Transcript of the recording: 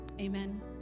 Amen